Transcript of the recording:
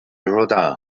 rodin